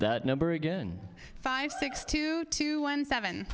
the number again five six two two one seven